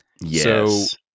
Yes